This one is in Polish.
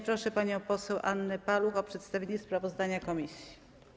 Proszę panią poseł Annę Paluch o przedstawienie sprawozdania komisji.